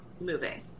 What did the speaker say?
moving